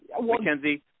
McKenzie